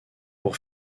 pour